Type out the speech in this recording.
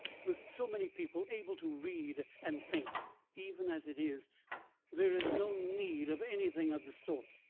with so many people able to read and think even as it is there is no need of anything of the sort.